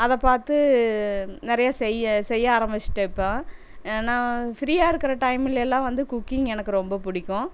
அதை பார்த்து நிறையா செய் செய்ய ஆரம்பிச்சிட்டேன் இப்போ நான் ஃப்ரீயாக இருக்கிற டைம்லலாம் வந்து குக்கிங் எனக்கு ரொம்ப பிடிக்கும்